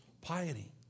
piety